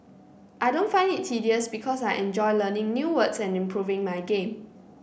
I don't find it tedious because I enjoy learning new words and improving my game